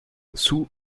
sous